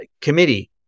committee